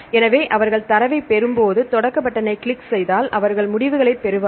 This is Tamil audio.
எனவே அவர்கள் தரவைப் பெறும்போது தொடக்க பட்டனைக் கிளிக் செய்தால் அவர்கள் முடிவுகளைப் பெறுவார்கள்